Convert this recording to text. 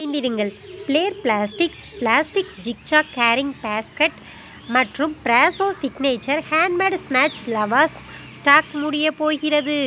விரைந்திடுங்கள் Flair Plastics plastic zigzag carrying basket மற்றும் Frasho signature handmade spinach lavash stock முடியப் போகிறது